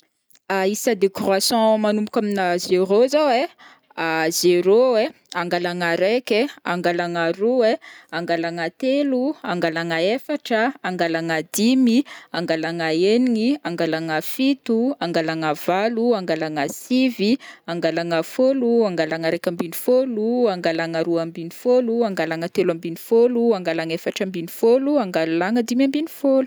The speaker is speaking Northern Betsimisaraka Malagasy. isa décroissant manomboka amina zéro zao ai: zéro ai, angalagna araiky ai, angalagna aroa ai, angalagna telo, angalagna efatra, angalagna dimy, angalagna enigny, angalagna fito, angalagna valo, angalagna sivy, angalagna fôlo angalagna araiky ambiny fôlo, angalagna aroa ambiny fôlo, angalagna telo ambiny fôlo, angalagna efatra ambiny fôlo, angalagna dimy ambiny fôlo.